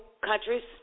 countries